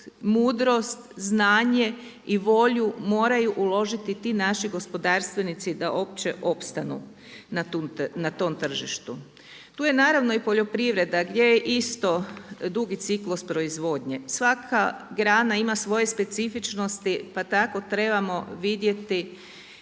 mudrost, znanje i volju moraju uložiti ti naši gospodarstvenici da uopće opstanu na tom tržištu. Tu je naravno i poljoprivreda gdje je isto dugi ciklus proizvodnje. Svaka grana ima svoje specifičnosti pa tako trebamo vidjeti